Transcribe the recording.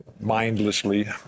mindlessly